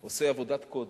הוא עושה עבודת קודש,